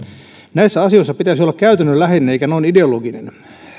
näissä asioissa pitäisi olla käytännönläheinen eikä noin ideologinen